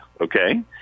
okay